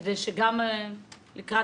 כדי שגם לקראת